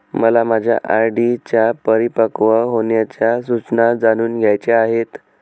मला माझ्या आर.डी च्या परिपक्व होण्याच्या सूचना जाणून घ्यायच्या आहेत